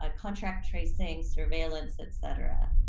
ah contract tracing, surveillance, et cetera.